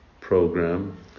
program